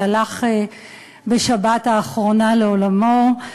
שהלך בשבת האחרונה לעולמו,